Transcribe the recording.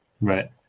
Right